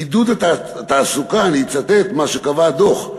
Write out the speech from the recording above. עידוד התעסוקה אני מצטט מה שקבע הדוח,